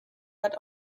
hat